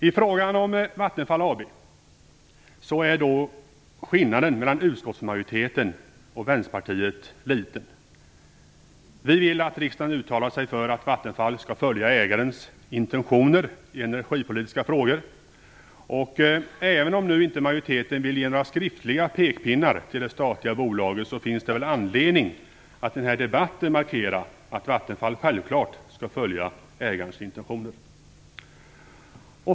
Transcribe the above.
I frågan om Vattenfall AB är skillnaden mellan utskottsmajoriteten och Vänsterpartiet liten. Vänsterpartiet vill att riksdagen uttalar sig för att Vattenfall följer ägarens intentioner i energipolitiska frågor. Även om nu inte majoriteten vill ge några skriftliga pekpinnar till det statliga bolaget finns det anledning att i denna debatt markera att Vattenfall självklart skall följa ägarens intentioner.